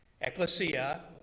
Ecclesia